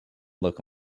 look